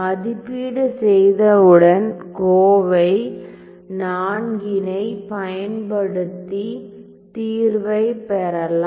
மதிப்பீடு செய்தவுடன் கோவை IV னை பயன்படுத்தி தீர்வைப் பெறலாம்